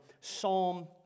Psalm